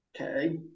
Okay